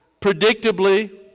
Predictably